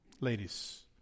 ladies